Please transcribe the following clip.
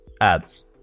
ads